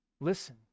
Listen